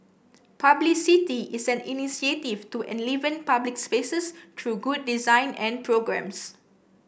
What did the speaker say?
publicity is an initiative to enliven public spaces through good design and programmes